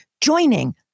joining